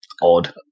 odd